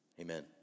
amen